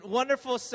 wonderful